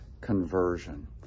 conversion